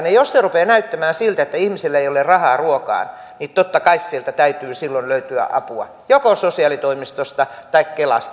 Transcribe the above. ja jos rupeaa näyttämään siltä että ihmisillä ei ole rahaa ruokaan niin totta kai täytyy silloin löytyä apua joko sosiaalitoimistosta tai kelasta